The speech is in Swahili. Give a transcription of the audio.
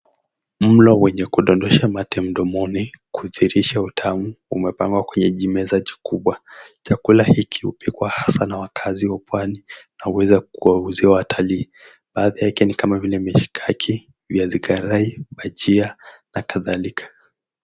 Mlo wenye kudondosha mate mdomoni, kudhihirisha utamu, umepangwa kwenye jimeza jikubwa. Chakula hiki hupikwa hasaa na wakaazi wa pwani na huweza kuwauzia watalii. Baadhi yake ni kama vile mishikaki, viazi karai, bajia na kadhalika.